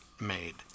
made